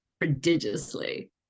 prodigiously